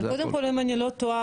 קודם כל אם אני לא טועה,